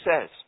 says